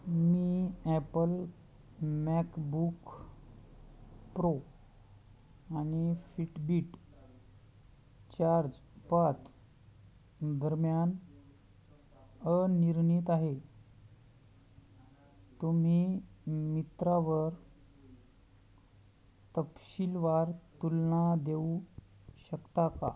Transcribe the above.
मी Apple MacBook Pro आणि Fitbit Charge पाच दरम्यान अनिर्णित आहे तुम्ही मिंत्रावर तपशीलवार तुलना देऊ शकता का